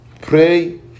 Pray